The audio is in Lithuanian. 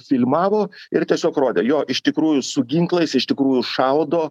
filmavo ir tiesiog rodė jo iš tikrųjų su ginklais iš tikrųjų šaudo